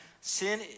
sin